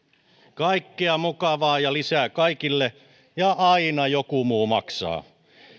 kaikkea mukavaa ja lisää kaikille ja aina joku muu maksaa